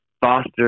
Foster